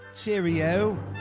Cheerio